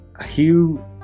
Hugh